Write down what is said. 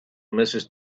mrs